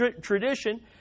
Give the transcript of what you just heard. tradition